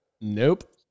Nope